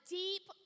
deep